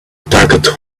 target